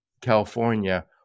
California